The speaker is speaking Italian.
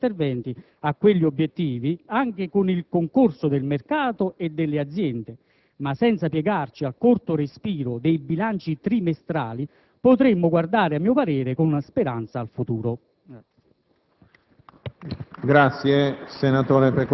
Se, con coerenza, sapremo orientare questo e altri interventi a quegli obiettivi, anche con il concorso del mercato e delle aziende, ma senza piegarci al corto respiro dei bilanci trimestrali, potremo guardare, a mio parere, con speranza al futuro.